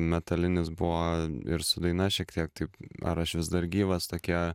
metalinis buvo ir su daina šiek tiek taip ar aš vis dar gyvas tokie